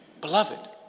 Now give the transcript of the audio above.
Beloved